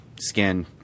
skin